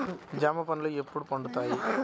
జామ పండ్లు ఎప్పుడు పండుతాయి?